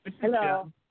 Hello